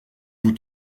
vous